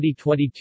2022